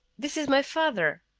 this is my father.